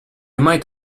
might